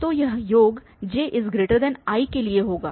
तो यह योग ji के लिए होगा